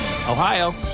Ohio